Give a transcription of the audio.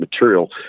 material